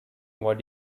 what